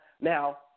now